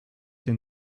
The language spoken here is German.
den